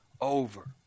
over